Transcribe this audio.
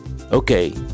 Okay